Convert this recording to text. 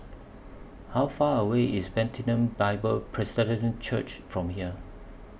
How Far away IS Bethlehem Bible Presbyterian Church from here